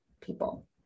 people